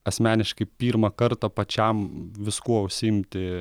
asmeniškai pirmą kartą pačiam viskuo užsiimti